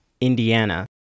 Indiana